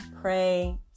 pray